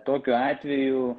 tokiu atveju